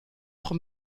pro